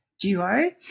duo